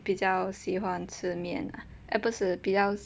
比较喜欢吃面啦额不是比较